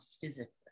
physically